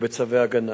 ובצווי הגנה.